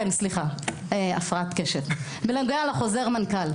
בנוגע לחוזר מנכ"ל.